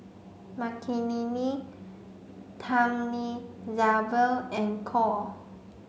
Makineni Thamizhavel and Choor